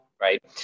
Right